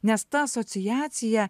nes ta asociacija